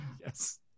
Yes